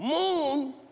moon